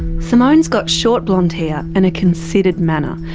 simone's got short blonde hair and a considered manner.